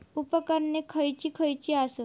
उपकरणे खैयची खैयची आसत?